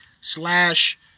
slash